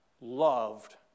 loved